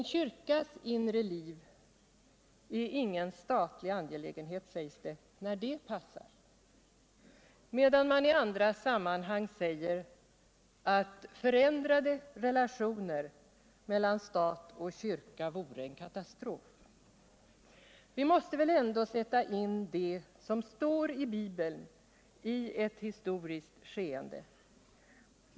En kyrkas inre liv är ingen statlig angelägenhet, sägs det när det passar, medan man i andra sammanhang säger att förändrade relationer mellan stat och kyrka vore en katastrof. Vi måste väl ändå sätta in det som står i Bibeln i ett historiskt skeende.